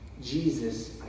Jesus